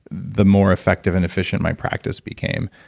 the more effective and efficient my practice became.